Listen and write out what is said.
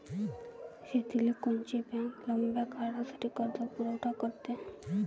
शेतीले कोनची बँक लंब्या काळासाठी कर्जपुरवठा करते?